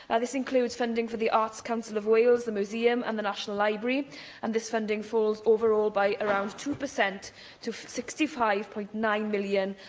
ah this includes funding for the arts council of wales, the museum and the national like and this funding falls overall by around two per cent to sixty five point nine million